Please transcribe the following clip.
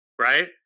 right